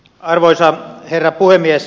arvoisa herra puhemies